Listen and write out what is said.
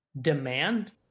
demand